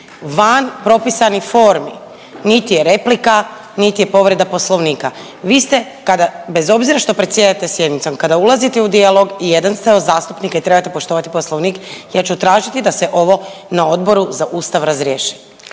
van propisanih formi. Niti je replika, niti je povreda Poslovnika. Vi ste kada, bez obzira što predsjedate sjednicom kada ulazite u dijalog i jedan ste od zastupnika i trebate poštovati Poslovnik. Ja ću tražiti da se ovo na Odboru za Ustav razriješi.